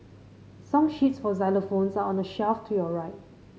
song sheets for xylophones are on the shelf to your right